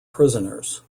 prisoners